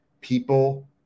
people